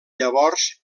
llavors